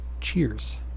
cheers